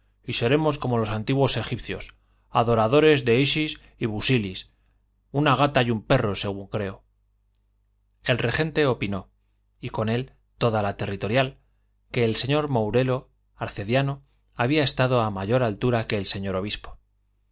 y seremos como los antiguos egipcios adoradores de isis y busilis una gata y un perro según creo el regente opinó y con él toda la territorial que el señor mourelo arcediano había estado a mayor altura que el señor obispo